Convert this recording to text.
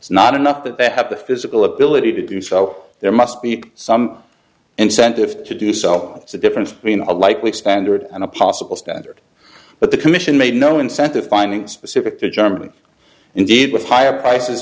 it's not enough that they have the physical ability to do so there must be some incentive to do so is the difference between a likely expanded and a possible standard but the commission made no incentive findings specific to germany indeed with higher prices